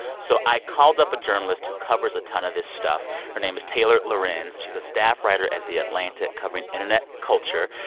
so i called up a journalist who covers a ton of this stuff. her name is taylor lorenz. she's a staff writer at the atlantic covering internet culture.